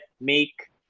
make